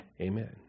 Amen